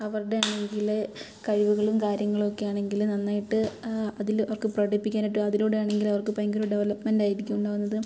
അവരുടെ അല്ലെങ്കിൽ കഴിവുകളും കാര്യങ്ങളും ഒക്കെയാണെങ്കിൽ നന്നായിട്ട് അതിൽ അവർക്ക് പ്രകടിപ്പിക്കാനായിട്ടും അതിലൂടെ ആണെങ്കിൽ അവർക്ക് ഭയങ്കര ഡെവലെപ്മെൻറ്റ് ആയിരിക്കും ഉണ്ടാവുന്നത്